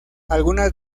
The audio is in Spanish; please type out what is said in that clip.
algunas